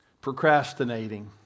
Procrastinating